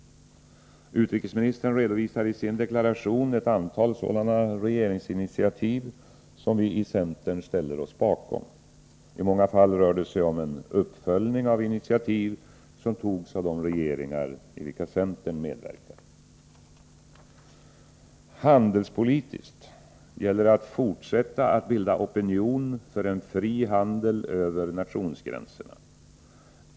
Utrikesministern redovisade i sin deklaration ett antal sådana regeringsinitiativ, som vi i centern ställer oss bakom. I många fall rör det sig om en uppföljning av initiativ som togs av de regeringar i vilka centern medverkade. Handelspolitiskt gäller att fortsätta att bilda opinion för en fri handel över nationsgränserna.